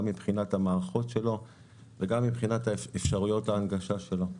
גם מבחינת המערכות שלו וגם מבחינת אפשרויות ההנגשה שלו.